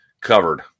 Covered